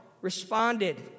responded